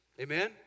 Amen